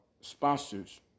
sponsors